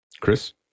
Chris